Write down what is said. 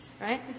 Right